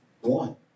one